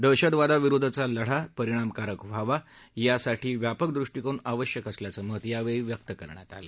दहशतवादा विरुद्धचा लढा परिणामकारक व्हावा यासाठी व्याप्क दृष्टीकोन आवश्यक असल्याचं मत यावेळी व्यक्त करण्यात आलं